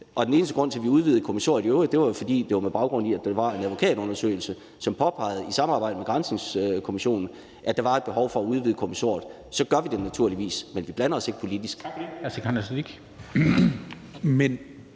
Den eneste grund til, at vi udvidede kommissoriet i øvrigt, var, at der var en advokatundersøgelse, som i samarbejde med Granskningskommissionen påpegede, at der var et behov for at udvide kommissoriet. Så gør vi det naturligvis, men vi blander os ikke politisk.